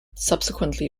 subsequently